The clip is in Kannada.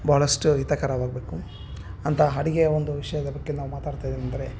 ಭಾಳಷ್ಟು ಹಿತಕರವಾಗ್ಬೇಕು ಅಂಥ ಅಡಿಗೆಯ ಒಂದು ವಿಷಯದ ಬಗ್ಗೆ ನಾವು ಮಾತಡ್ತಾಯಿದೇವೆ ಅಂದರೆ